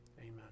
Amen